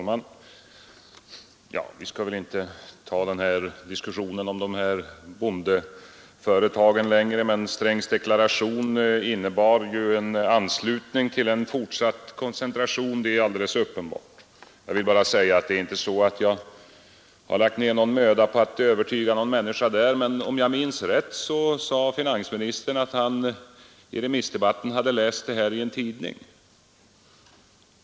Fru talman! Vi skall väl inte fortsätta diskussionen om de här bondeföretagen längre, men herr Strängs deklaration innebar ju en anslutning till fortsatt koncentration. Det är alldeles uppenbart. Jag vill bara säga att jag har inte lagt ned någon möda på att övertyga någon människa på den punkten, men om jag minns rätt sade finansministern i remissdebatten att han läst det här i en tidning.